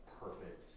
perfect